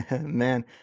Man